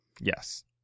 Yes